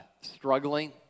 struggling